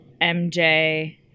MJ